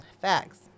facts